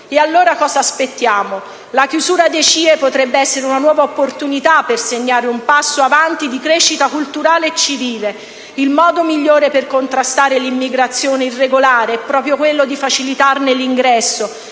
Allora cosa aspettiamo? La chiusura dei CIE potrebbe essere una nuova opportunità per segnare un passo avanti di crescita culturale e civile. Il modo migliore per contrastare l'immigrazione irregolare è proprio quello di facilitare l'ingresso